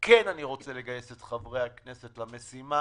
כן אני רוצה לגייס את חברי הכנסת למשימה,